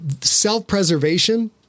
self-preservation